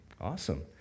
Awesome